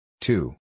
two